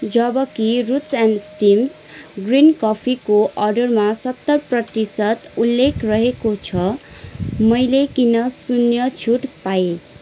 जबकि roots and stems green कफीको अर्डरमा सत्तर प्रतिशत उल्लेख रहेको छ मैले किन शून्य छुट पाएँ